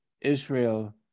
Israel